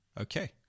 okay